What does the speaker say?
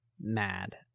mad